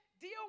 deal